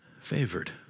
favored